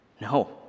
no